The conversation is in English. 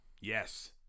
Yes